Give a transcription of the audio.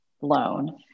loan